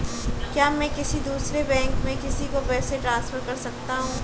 क्या मैं किसी दूसरे बैंक से किसी को पैसे ट्रांसफर कर सकता हूं?